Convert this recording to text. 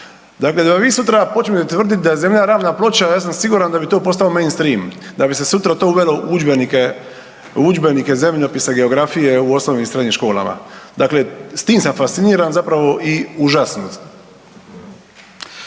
Dakle da vi sutra počnete tvrditi da je zemlja ravna ploča ja sam siguran da bi to postao mainstream da bi se sutra to uvelo u udžbenike zemljopisa, geografije u osnovnim i srednjim školama, dakle, s tim sam fasciniran zapravo i užasnut.